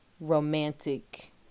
Romantic